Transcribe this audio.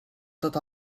tot